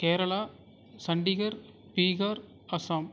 Kerala Chandigarh Bihar Assam